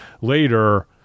later